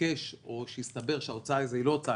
ביקש או שהסתבר שההוצאה על זה היא לא הוצאה